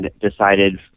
decided